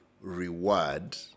reward